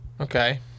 Okay